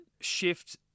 shift